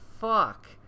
fuck